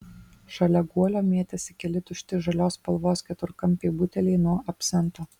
šalia guolio mėtėsi keli tušti žalios spalvos keturkampiai buteliai nuo absento